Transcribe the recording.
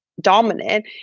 Dominant